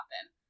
happen